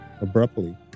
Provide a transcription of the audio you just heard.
abruptly